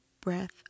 breath